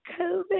COVID